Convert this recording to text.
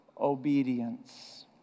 obedience